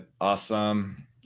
Awesome